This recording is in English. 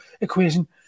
equation